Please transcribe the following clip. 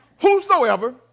Whosoever